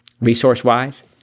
Resource-wise